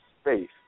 space